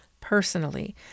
personally